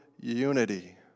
unity